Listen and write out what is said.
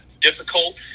difficult